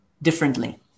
differently